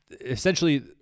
essentially